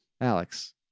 Alex